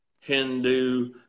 Hindu